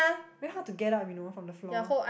then how to get up you know from the floor